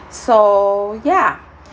so ya